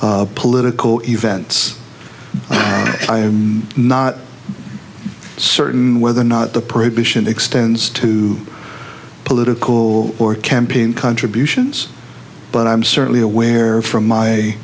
of political events i'm not certain whether or not the prohibition extends to political or campaign contributions but i'm certainly aware from my